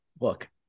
look